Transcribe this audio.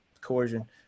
coercion